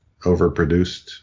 Overproduced